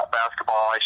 basketball